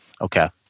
okay